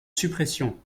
suppression